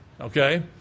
Okay